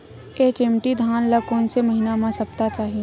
HMT धान ल कोन से महिना म सप्ता चाही?